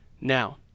now